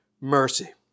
mercy